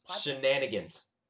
shenanigans